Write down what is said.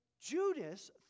Judas